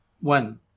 one